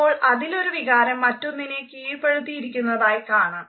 അപ്പോൾ അതിലൊരു വികാരം മറ്റൊന്നിനെ കീഴ്പ്പെടുത്തിയിരിക്കുന്നതായി കാണാം